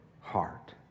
heart